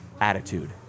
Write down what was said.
attitude